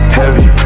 heavy